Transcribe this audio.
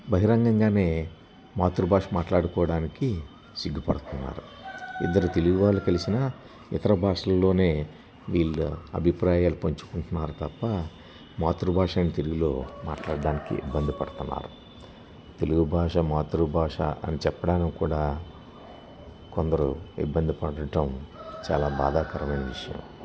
బహిరంగంగానే మాతృభాష మాట్లాడుకోవడానికి సిగ్గుపడుతున్నారు ఇద్దరు తెలుగు వాళ్ళు కలిసిన ఇతర భాషలల్లోనే వీళ్ళు అభిప్రాయాలు పంచుకుంటున్నారు తప్ప మాతృభాష అని తెలుగులో మాట్లాడడానికి ఇబ్బంది పడుతున్నారు తెలుగు భాష మాతృభాష అని చెప్పడానికి కూడా కొందరు ఇబ్బంది పడటం చాలా బాధాకరమైన విషయం